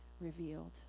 revealed